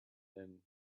then